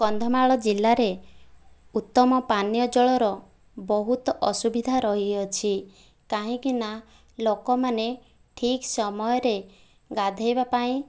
କନ୍ଧମାଳ ଜିଲ୍ଲାରେ ଉତ୍ତମ ପାନୀୟଜଳର ବହୁତ ଅସୁବିଧା ରହିଅଛି କାହିଁକି ନା ଲୋକମାନେ ଠିକ ସମୟରେ ଗାଧୋଇବା ପାଇଁ